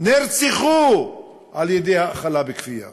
נרצחו על-ידי האכלה בכפייה,